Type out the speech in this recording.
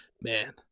man